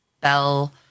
Bell